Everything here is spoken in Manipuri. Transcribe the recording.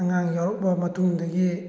ꯑꯉꯥꯡ ꯌꯥꯎꯔꯛꯂꯕ ꯃꯇꯨꯡꯗꯒꯤ